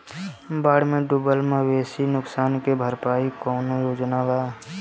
बाढ़ में डुबल मवेशी नुकसान के भरपाई के कौनो योजना वा?